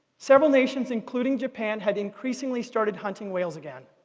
several nations, including japan, had increasingly started hunting whales again.